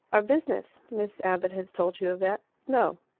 our business miss abbott has told you of that. no.